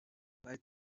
twari